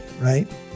right